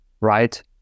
right